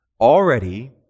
Already